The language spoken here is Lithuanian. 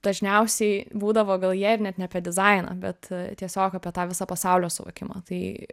dažniausiai būdavo gal jie ir net ne apie dizainą bet tiesiog apie tą visą pasaulio suvokimą tai